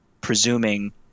presuming